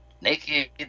naked